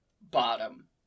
Bottom